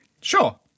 Sure